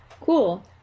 cool